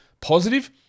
positive